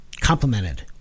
complemented